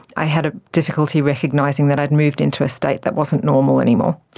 i had ah difficulty recognising that i'd moved into a state that wasn't normal anymore.